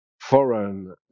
foreign